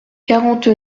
quarante